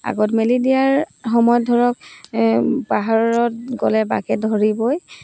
আগত মেলি দিয়াৰ সময়ত ধৰক পাহাৰত গ'লে বাঘে ধৰিবই